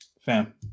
Fam